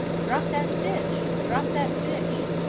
drop that fish! drop that fish!